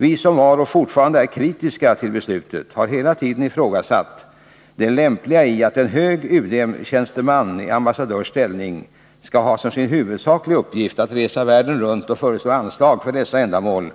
Vi som var och fortfarande är kritiska till beslutet har hela tiden ifrågasatt det lämpliga i att en hög UD-tjänsteman i ambassadörs ställning skall ha som sin huvudsakliga uppgift att resa världen runt och föreslå anslag för dessa ändamål